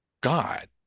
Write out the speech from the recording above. God